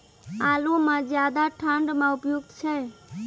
आलू म ज्यादा ठंड म उपयुक्त छै?